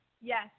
Yes